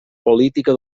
política